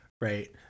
right